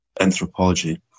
anthropology